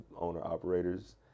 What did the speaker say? owner-operators